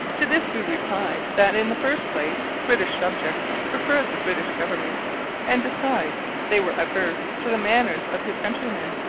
to this we replied that, in the first place, british subjects preferred the british government and, besides, they were averse to the manners of his countrymen.